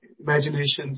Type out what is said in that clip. imaginations